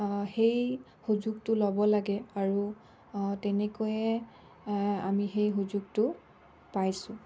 সেই সুযোগটো ল'ব লাগে আৰু তেনেকৈয়ে আমি সেই সুযোগটো পাইছোঁ